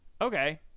Okay